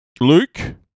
Luke